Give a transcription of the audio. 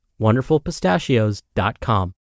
wonderfulpistachios.com